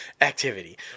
Activity